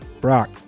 Brock